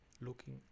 Looking